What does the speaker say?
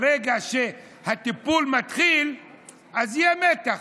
ברגע שהטיפול מתחיל אז יהיה מתח,